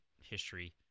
history